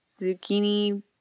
zucchini –